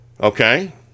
Okay